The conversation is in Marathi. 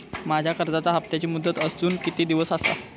माझ्या कर्जाचा हप्ताची मुदत अजून किती दिवस असा?